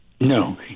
No